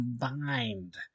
combined